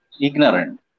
ignorant